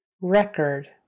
Record